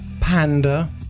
Panda